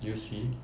游戏